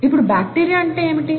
ఇప్పుడు బాక్టీరియా అంటే ఏమిటి